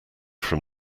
from